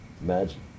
Imagine